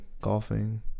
golfing